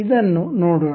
ಇದನ್ನು ನೋಡೋಣ